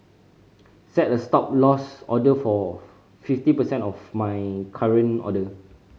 set a Stop Loss order for fifty percent of my current order